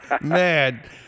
Man